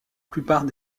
plupart